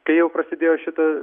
kai jau prasidėjo šita